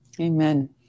Amen